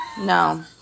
No